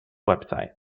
website